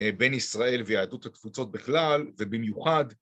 בין ישראל ויהדות התפוצות בכלל, ובמיוחד